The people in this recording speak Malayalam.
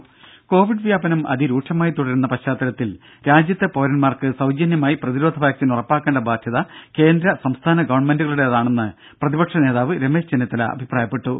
ദേദ കൊവിഡ് വ്യാപനം അതിരൂക്ഷമായി തുടരുന്ന പശ്ചാത്തലത്തിൽ രാജ്യത്തെ പൌരന്മാർക്ക് സൌജന്യമായി പ്രതിരോധ വാക്സിൻ ഉറപ്പാക്കേണ്ട ബാധ്യത കേന്ദ്ര സംസ്ഥാന ഗവണ്മെന്റുകളുടേതാണെന്ന് പ്രതിപക്ഷ നേതാവ് രമേശ് ചെന്നിത്തല അഭിപ്രായപ്പെട്ടു